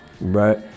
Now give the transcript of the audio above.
right